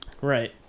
Right